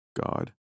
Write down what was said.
God